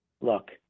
look